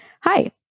Hi